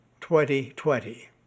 2020